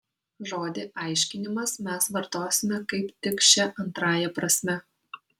žodį aiškinimas mes vartosime kaip tik šia antrąja prasme